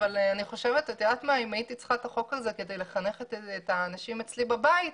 אם הייתי צריכה את החוק הזה כדי לחנך את האנשים אצלי בבית,